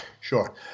sure